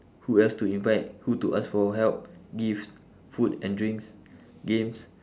who else to invite who to ask for help gifts food and drinks games